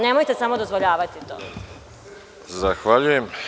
Nemojte samo to dozvoljavati.